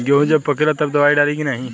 गेहूँ जब पकेला तब दवाई डाली की नाही?